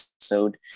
episode